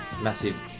Massive